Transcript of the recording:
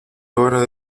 hora